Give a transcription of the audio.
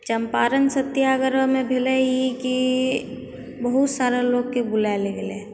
चम्पारण सत्याग्रहमे भेलै ई की बहुत सारा लोगके बुलायल गेलै